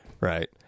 Right